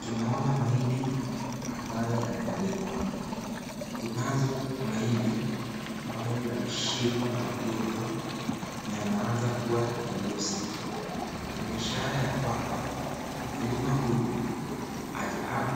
Tunaona mahindi ambayo yameanikwa. Kunayo mahindi ambayo yameshikwa na ugonjwa na yaanza kuwa nyeusi ina ishara ya kwamba mkulima huyu